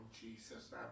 Jesus